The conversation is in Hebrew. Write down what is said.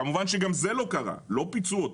כמובן שגם זה לא קרה, לא פיצו אותם.